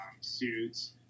suits